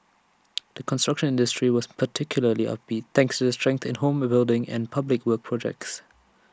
the construction industry was particularly upbeat thanks to strength in home building and public works projects